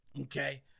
Okay